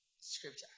Scripture